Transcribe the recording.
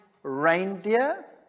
reindeer